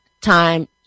time